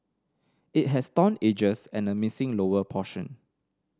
it has torn edges and a missing lower portion